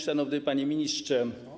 Szanowny Panie Ministrze!